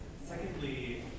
Secondly